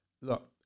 Look